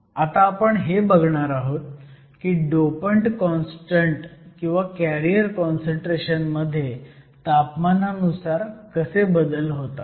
आता आपण हे बघणार आहोत की डोपंट कॉन्स्टंट किंवा कॅरियर काँसंट्रेशन मध्ये तापमानानुसार कसे बदल होतात